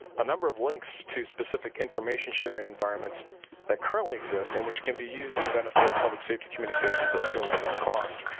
a number of links to specific information sharing environments that currently exist and which can be used to benefit public safety communications at little or no cost.